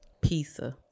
Pizza